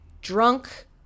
drunk